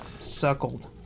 suckled